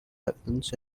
weapons